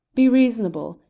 be reasonable!